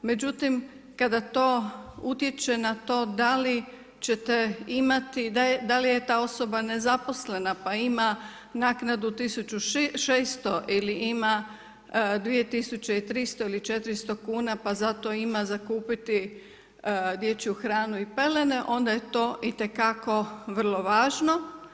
Međutim, kada to utječe na to da li ćete imati, da li je ta osoba nezaposlena pa ima naknadu 1600 ili ima 2003. ili 400 kuna pa zato ima za kupiti dječju hranu i pelene onda je to itekako vrlo važno.